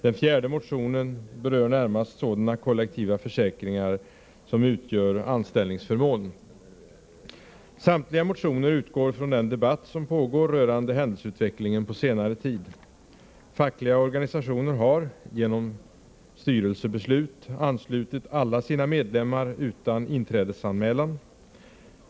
Den fjärde motionen berör närmast sådana kollektiva försäkringar som utgör anställningsförmån. Samtliga motioner utgår från den debatt som pågår rörande händelseutvecklingen på senare tid. Fackliga organisationer har — genom styrelsebeslut — anslutit alla sina medlemmar utan inträdesanmälan.